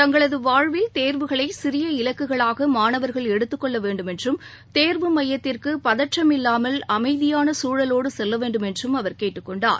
தங்களது வாழ்வில் தேர்வுகளை சிறிய இலக்குகளாக மாணவர்கள் எடுத்துக் கொள்ள வேண்டுமென்றும் தேர்வு மையத்திற்கு பதற்றமில்லாமல் அமைதியாள சூழலோடு செல்ல வேண்டுமென்றும் அவர் கேட்டுக் கொண்டார்